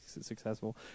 successful